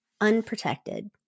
unprotected